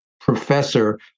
professor